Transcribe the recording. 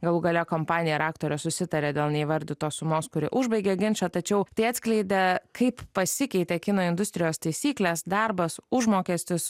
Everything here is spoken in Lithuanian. galų gale kompanija ir aktorė susitarė dėl neįvardytos sumos kuri užbaigė ginčą tačiau tai atskleidė kaip pasikeitė kino industrijos taisyklės darbas užmokestis